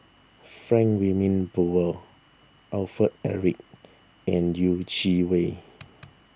Frank Wilmin Brewer Alfred Eric and Yeh Chi Wei